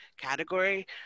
category